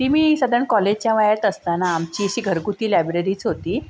ती मी सधारण कॉलेजच्या वयात असताना आमची अशी घरगुती लायब्ररीच होती